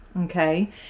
okay